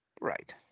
Right